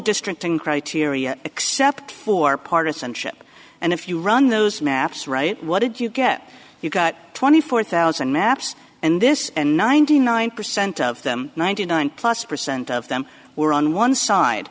district in criteria except for partisanship and if you run those maps right what did you get you've got twenty four thousand maps and this and ninety nine percent of them ninety nine plus percent of them were on one side